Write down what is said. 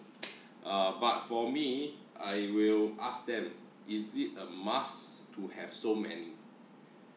uh but for me I will ask them is it a must to have so many